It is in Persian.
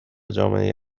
جامعه